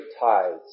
tithes